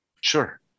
Sure